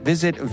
Visit